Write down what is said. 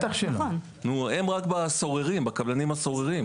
הם מטפלים רק בקבלנים הסוררים.